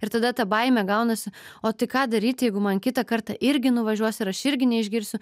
ir tada ta baimė gaunasi o tai ką daryti jeigu man kitą kartą irgi nuvažiuos ir aš irgi neišgirsiu